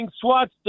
SWAT